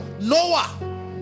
Noah